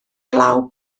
glaw